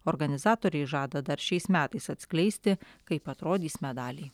organizatoriai žada dar šiais metais atskleisti kaip atrodys medaliai